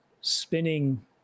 spinning